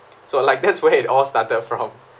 so like that's where it all started from